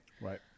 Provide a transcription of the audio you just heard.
Right